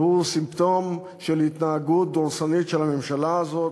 והוא סימפטום של התנהגות דורסנית של הממשלה הזאת.